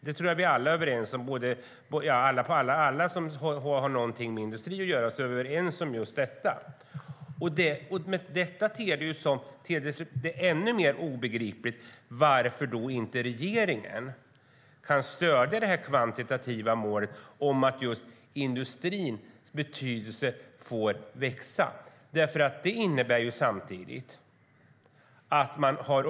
Det tror jag att alla som har någonting med industri att göra är överens om. Då ter det sig ännu mer obegripligt att regeringen inte kan stödja det här kvantitativa målet om att industrins betydelse får växa, för det stärker samtidigt tjänstesektorn.